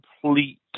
complete